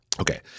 Okay